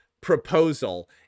proposal